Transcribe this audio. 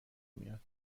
میاد